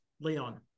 Leon